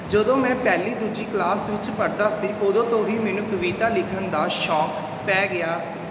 ਜਦੋਂ ਮੈਂ ਪਹਿਲੀ ਦੂਜੀ ਕਲਾਸ ਵਿੱਚ ਪੜ੍ਹਦਾ ਸੀ ਉਦੋਂ ਤੋਂ ਹੀ ਮੈਨੂੰ ਕਵਿਤਾ ਲਿਖਣ ਦਾ ਸ਼ੌਕ ਪੈ ਗਿਆ ਸੀ